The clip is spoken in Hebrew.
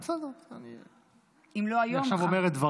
אם לא היום, מחר.